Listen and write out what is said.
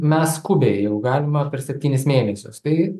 mes skubiai jau galima per septynis mėnesius tai